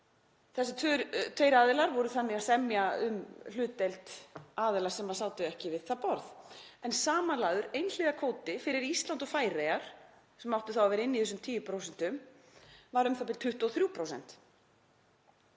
Þessir tveir aðilar voru þannig að semja um hlutdeild aðila sem sátu ekki við það borð en samanlagður einhliða kvóti fyrir Ísland og Færeyjar, sem áttu að vera inni í þessum 10%, var u.þ.b. 23%.